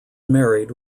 married